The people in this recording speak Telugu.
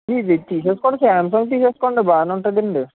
ఇది తీసేసుకోండి సామ్సాంగ్ తీసేసుకోండి బాగానే ఉంటాదండి